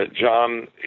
John